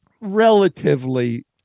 relatively